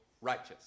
righteous